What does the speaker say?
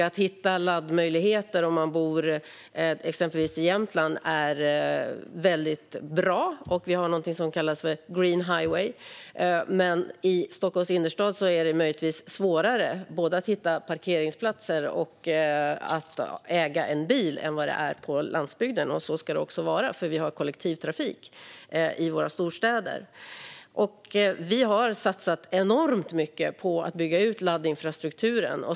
Att hitta laddmöjligheter om man bor i exempelvis Jämtland går bra - det finns något som kallas Green Highway - men i Stockholms innerstad är det svårare både att hitta parkeringsplatser och att äga en bil än vad det är på landsbygden. Så ska det också vara eftersom det finns kollektivtrafik i våra storstäder. Regeringen har satsat enormt mycket på att bygga ut laddinfrastrukturen.